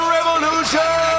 Revolution